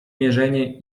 mierzenie